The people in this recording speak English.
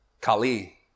kali